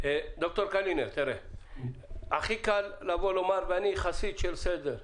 ד"ר קלינר, אני חסיד של סדר.